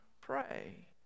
pray